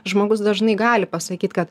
žmogus dažnai gali pasakyt kad